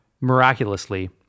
miraculously